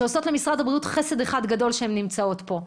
שעושות למשרד הבריאות חסד אחד גדול שהן נמצאות פה,